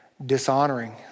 Dishonoring